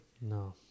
No